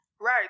right